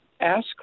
ask